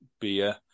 beer